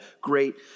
great